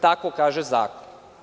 Tako kaže zakon.